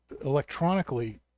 electronically